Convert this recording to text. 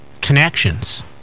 connections